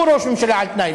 הוא ראש ממשלה על-תנאי.